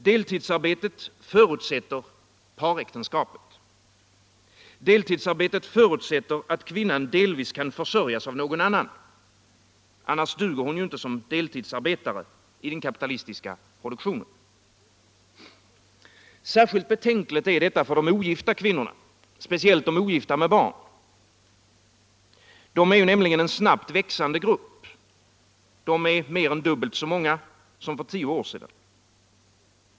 Deltidsarbetet förutsätter paräktenskapet. Deltidsarbetet förutsätter att kvinnan delvis kan försörjas av någon annan — annars duger hon ju inte som deltidsarbetare i den kapitalistiska produktionen. Särskilt betänkligt är detta för de ogifta kvinnorna, speciellt de ogifta med barn. Det är en snabbt växande grupp —- de är mer än dubbelt så många som för tio år sedan.